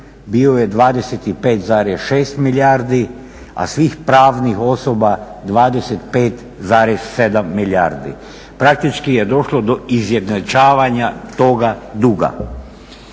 bio je 25,6 milijardi, a svih pravnih osoba 25,7 milijardi. Praktički je došlo do izjednačavanja toga duga.